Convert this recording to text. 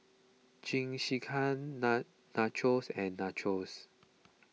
Jingisukan Nachos and Nachos